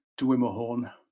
Dwimmerhorn